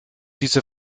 diese